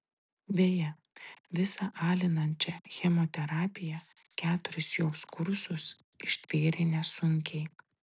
beje visą alinančią chemoterapiją keturis jos kursus ištvėrė nesunkiai